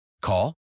Call